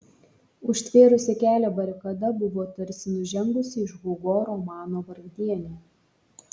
užtvėrusi kelią barikada buvo tarsi nužengusi iš hugo romano vargdieniai